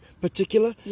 particular